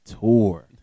tour